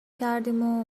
کردیم